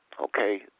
Okay